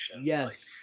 Yes